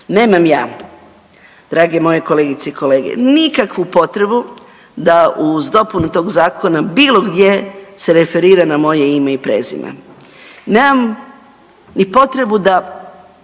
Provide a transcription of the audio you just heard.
Nemam ja, drage moje kolegice i kolege nikakvu potrebu da uz dopunu tog zakona bilo gdje se referira na moje ime i prezime. Nemam ni potrebu da